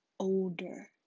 older